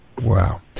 Wow